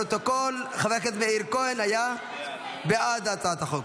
לפרוטוקול, חבר הכנסת מאיר כהן היה בעד הצעת החוק.